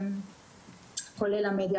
כולל המדיה.